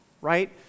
right